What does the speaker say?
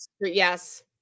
Yes